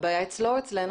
וגם מלווה אותנו עכשיו.